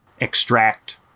extract